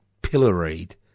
pilloried